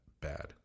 bad